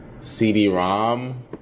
CD-ROM